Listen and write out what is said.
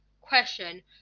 question